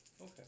Okay